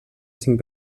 cinc